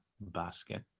basket